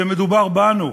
מדובר בנו,